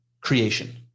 creation